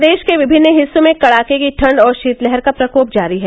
प्रदेश के विमिन्न हिस्सों में कड़ाके की ठंड और शीतलहर का प्रकोप जारी है